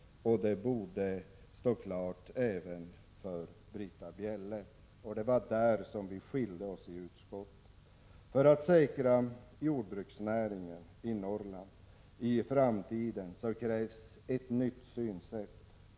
Det borde stå klart även för Britta Bjelle. Det var där som vi skiljde oss i utskottet. För att säkra jordbruksnäringen i Norrland i framtiden krävs ett nytt synsätt.